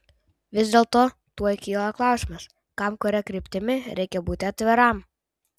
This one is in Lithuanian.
vis dėlto tuoj kyla klausimas kam kuria kryptimi reikia būti atviram